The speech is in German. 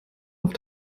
auf